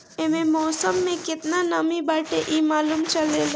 एसे मौसम में केतना नमी बाटे इ मालूम चलेला